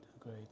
agreed